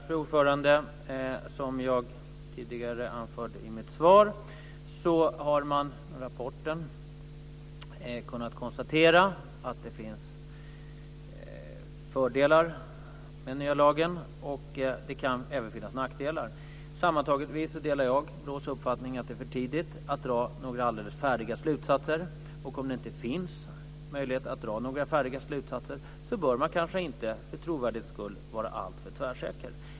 Fru talman! Som jag tidigare anförde i mitt svar har man i rapporten kunnat konstatera att det finns fördelar med den nya lagen och att det även kan finnas nackdelar. Sammantaget delar jag BRÅ:s uppfattning att det är för tidigt att dra några alldeles färdiga slutsatser. Och om det inte finns möjlighet att dra färdiga slutsatser bör man kanske inte, för trovärdighetens skull, vara alltför tvärsäker.